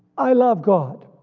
i love god,